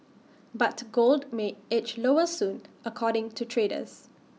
but gold may edge lower soon according to traders